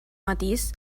matís